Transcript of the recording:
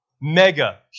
mega